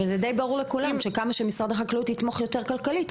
וזה די ברור לכולם שכמה שמשרד החקלאות יתמוך יותר כלכלית,